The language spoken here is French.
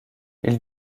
ils